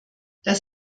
das